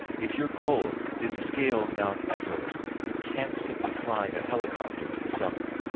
if your goal is to scale mount everest you can't simply fly a helicopter to the summit.